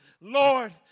Lord